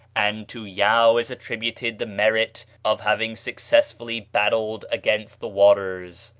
and to yau is attributed the merit of having successfully battled against the waters.